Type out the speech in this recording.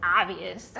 obvious